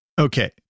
Okay